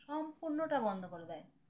সম্পূর্ণটা বন্ধ কর দেয়